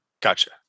Gotcha